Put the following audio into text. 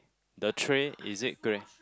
the tree is it grey